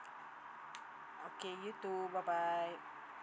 okay you too bye bye